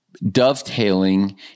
dovetailing